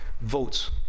votes